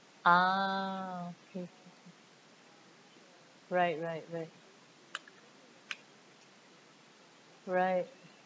ah okay right right right right